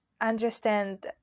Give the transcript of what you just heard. understand